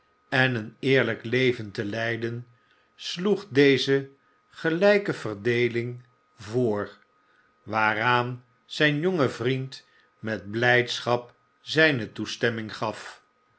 en een eerlijk leven te leiden sloeg deze gelijke verdeeling voor waaraan zijn jonge vriend met blijdschap zijne toestemming gaf